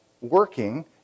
working